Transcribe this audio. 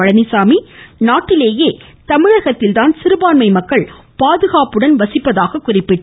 பழனிச்சாமி நாட்டிலேயே தமிழகத்தில் தான் சிறுபான்மை மக்கள் பாதுகாப்புடன் வசிப்பதாக கூறினாா்